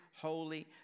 holy